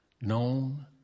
known